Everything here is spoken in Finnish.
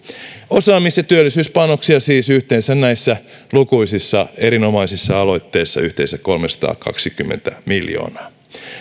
osaamis ja työllisyyspanoksia siis näissä lukuisissa erinomaisissa aloitteissa on yhteensä kolmesataakaksikymmentä miljoonaa